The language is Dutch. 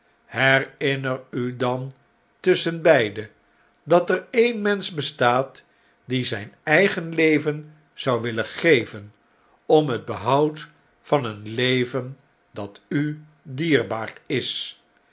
herinner u dan tusschenbeide dat er een mensch bestaat die zjjn eigen leven zou willen geven om het behoud van een leven dat u dierbaar is